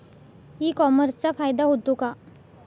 E कॉमर्सचा फायदा होतो का?